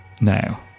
now